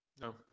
no